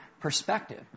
perspective